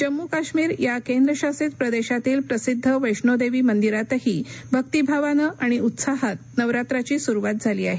जम्मू काश्मीर या केंद्रशासित प्रदेशातील प्रसिद्ध वैष्णोदेवी मंदिरातही भक्तिभावाने आणि उत्साहात नवरात्राची सुरुवात झाली आहे